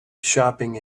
shopping